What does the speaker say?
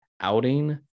outing